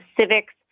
civics